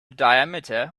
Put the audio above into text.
diameter